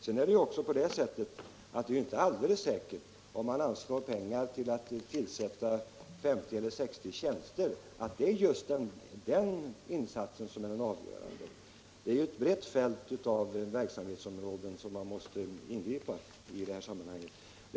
Sedan är det inte alldeles säkert att det är just den insatsen att man anslår pengar för att tillsätta 50 eller 60 tjänster som är avgörande. Det är ett brett fält av verksamhetsområden som man måste gripa in i i det här sammanhanget.